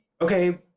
okay